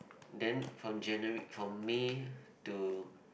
then from January from May to